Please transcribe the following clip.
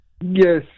Yes